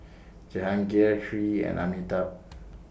Jehangirr Hri and Amitabh